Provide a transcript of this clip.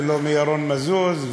ולא מירון מזוז,